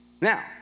Now